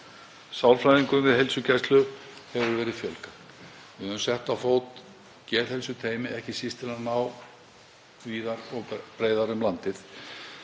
Sálfræðingum við heilsugæslu hefur verið fjölgað. Við höfum sett á fót geðheilsuteymi, ekki síst til að ná víðar og breiðar um landið.